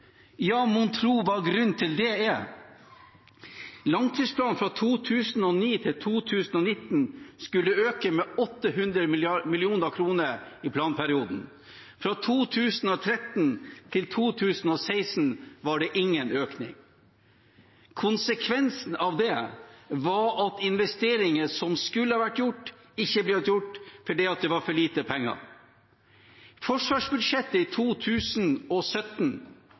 Ja, mon tro hva grunnen til det er? Langtidsplanen fra 2009 til 2019 skulle øke med 800 mill. kr i planperioden. Fra 2013 til 2016 var det ingen økning. Konsekvensen av det var at investeringer som skulle ha vært gjort, ikke har blitt gjort fordi det var for lite penger. Forsvarsbudsjettet i